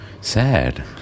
Sad